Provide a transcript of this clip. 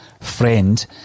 friend